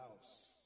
house